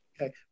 Okay